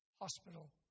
Hospital